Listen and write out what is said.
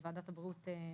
בוועדת הבריאות,